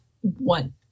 one